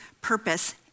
purpose